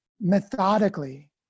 methodically